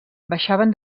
baixaven